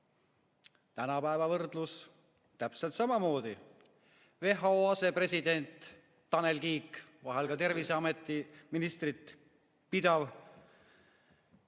Tänapäeva võrdlus täpselt samamoodi. WHA asepresident Tanel Kiik, vahel ka terviseministri ametit pidav